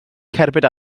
cerbyd